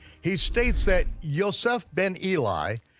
he states that yoseph ben eli,